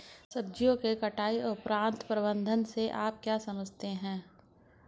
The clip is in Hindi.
सब्जियों के कटाई उपरांत प्रबंधन से आप क्या समझते हैं?